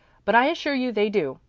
but i assure you they do.